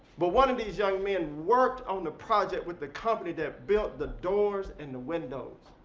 but one of these young men worked on the project with the company that built the doors and the windows.